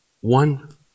one